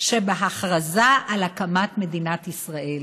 שבהכרזה על הקמת מדינת ישראל.